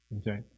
Okay